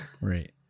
Right